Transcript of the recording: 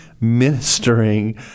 ministering